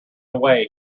away